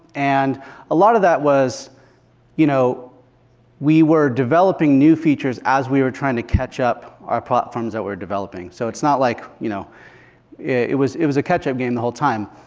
and a lot of that was you know we were developing new features as we were trying to catch up our platforms that we're developing. so it's not like you know it was it was a catch-up game the whole time.